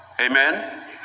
Amen